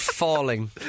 Falling